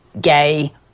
gay